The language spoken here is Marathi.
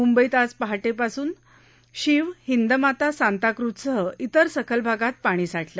मुंबईत आज पहाटेपासुन शीव हिंदमाता साताक्रझसह इतर सखल भागात पाणी साठल